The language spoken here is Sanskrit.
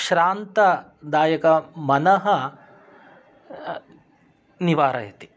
श्रान्तदायकः मनः निवारयति